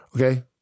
Okay